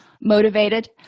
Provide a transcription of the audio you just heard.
motivated